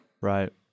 Right